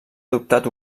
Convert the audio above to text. adoptat